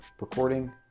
recording